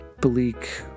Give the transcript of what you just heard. bleak